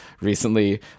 recently